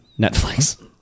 Netflix